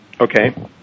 Okay